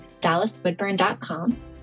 dallaswoodburn.com